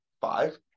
five